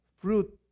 fruit